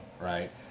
Right